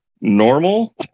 normal